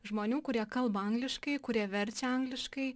žmonių kurie kalba angliškai kurie verčia angliškai